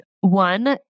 one